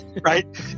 right